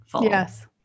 Yes